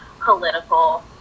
political